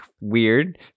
weird